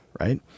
right